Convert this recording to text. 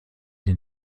den